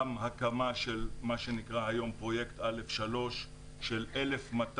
גם הקמה של מה שנקרא היום פרויקט א-3 של 1,200